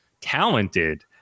talented